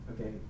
Okay